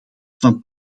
van